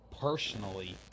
personally